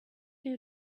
you